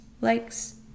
likes